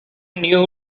new